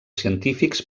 científics